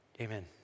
Amen